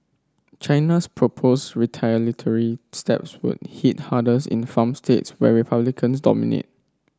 China's proposed retaliatory steps would hit hardest in farm states where Republicans dominate